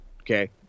Okay